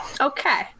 Okay